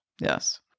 Yes